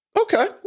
Okay